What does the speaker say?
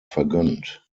vergönnt